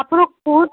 ଆପଣ କେଉଁଠୁ